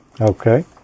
Okay